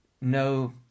no